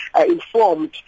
informed